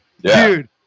Dude